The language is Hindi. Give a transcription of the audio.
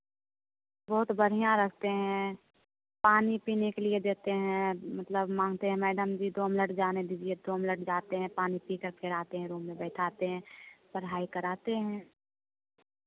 बहुत बढ़िया रखते हैं पानी पीने के लिए देते हैं मतलब माँगते हैं मैडम जी दो मिनट जाने दीजिए दो मिनट जाते हैं पानी पी कर फिर आते हैं रूम में बैठाते है पढ़ाई कराते हैं